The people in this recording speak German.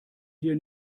hier